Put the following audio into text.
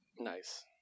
Nice